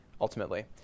ultimately